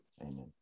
Amen